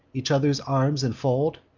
each other's arms infold?